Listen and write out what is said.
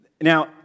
now